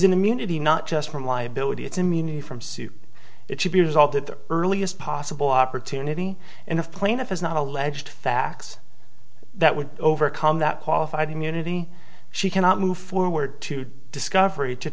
an immunity not just from liability it's immunity from suit it should be resolved at the earliest possible opportunity and of plaintiff is not alleged facts that would overcome that qualified immunity she cannot move forward to discover